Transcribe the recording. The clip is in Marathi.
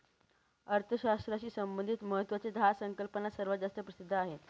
अर्थशास्त्राशी संबंधित महत्वाच्या दहा संकल्पना सर्वात जास्त प्रसिद्ध आहेत